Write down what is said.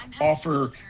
offer